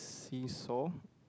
seesaw